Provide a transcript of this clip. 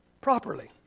properly